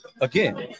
again